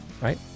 Right